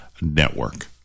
network